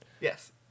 Yes